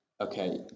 okay